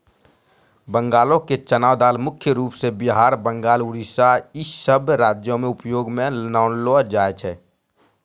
बंगालो के चना दाल मुख्य रूपो से बिहार, बंगाल, उड़ीसा इ सभ राज्यो मे उपयोग मे लानलो जाय छै